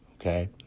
Okay